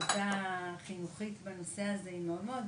לעבודה החינוכית בנושא הזה היא מאוד מאוד גבוהה,